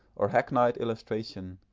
or hackneyed illustration,